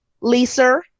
Lisa